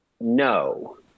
No